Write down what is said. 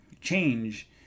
change